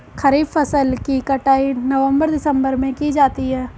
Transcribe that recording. खरीफ फसल की कटाई नवंबर दिसंबर में की जाती है